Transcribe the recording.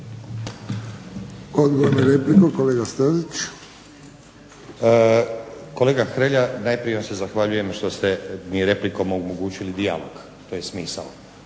Odgovor na repliku, kolega Stazić. **Stazić, Nenad (SDP)** Kolega Hrelja, najprije vam se zahvaljujem što ste mi replikom omogućili dijalog. To je smisao